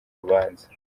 urubanza